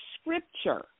scripture